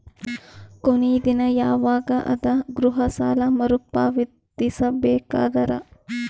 ಕೊನಿ ದಿನ ಯವಾಗ ಅದ ಗೃಹ ಸಾಲ ಮರು ಪಾವತಿಸಬೇಕಾದರ?